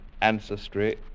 ancestry